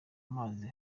mazi